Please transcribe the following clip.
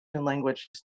language